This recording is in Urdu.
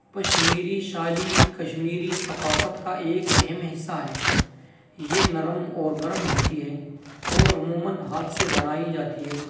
پشمیری شالی کمشیری ثقافت کا ایک اہم حصہ ہے یہ نرم اور گرم ہوتی ہے اور عموماً ہاتھ سے بنائی جاتی ہے